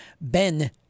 Ben